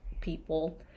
people